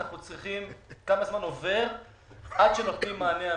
ממשרד התיירות אנחנו צריכים לקבל שלושה מיליון